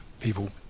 people